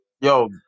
Yo